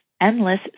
endless